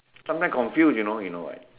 sometimes confuse you know you know why